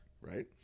Right